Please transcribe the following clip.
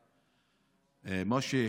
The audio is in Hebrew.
משה,